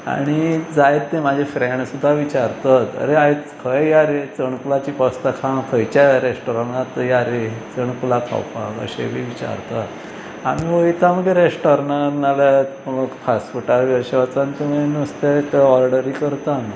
आनी जायते म्हजे फ्रेंड सुद्दां विचारतात अरे आयज खंय या रे चणकुलाची पोस्तां खावंक खंयच्या रेस्टोरंनांत या रे चणकुलां खावपाक अशें बी विचारतात आमी वता मागीर रेस्टोरंनान नाल्यार फास्ट फुडांत बी अशें वचून तुमी नुस्तें ते ऑर्डरी करता आमी